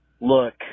look